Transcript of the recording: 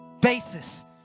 basis